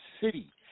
city